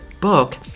book